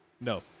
No